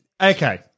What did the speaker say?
okay